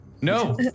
no